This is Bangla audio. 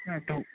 হ্যাঁ তো